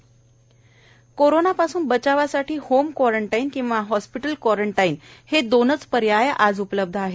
कोरोनापासून बचावासाठी home quarantine किंवा हॉस्पिटल क्वारंटाईन् हे दोनंच पर्याय आज उपलब्ध आहेत